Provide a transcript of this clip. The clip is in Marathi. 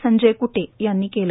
संजय कुटे यांनी केलं